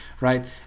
right